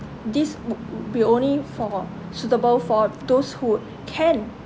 this would only for suitable for those who can